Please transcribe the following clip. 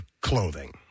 clothing